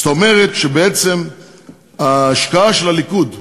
זאת אומרת שבעצם ההשקעה של הליכוד בתחבורה,